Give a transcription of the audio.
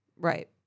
Right